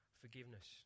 forgiveness